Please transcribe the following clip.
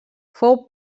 fou